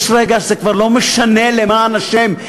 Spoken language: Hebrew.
יש רגע שזה כבר לא משנה, למען השם.